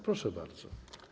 Proszę bardzo.